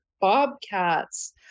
bobcats